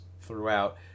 throughout